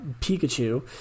Pikachu